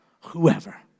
whoever